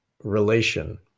relation